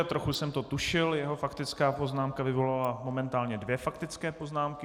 Trochu jsem to tušil, jeho faktická poznámka vyvolala momentálně dvě faktické poznámky.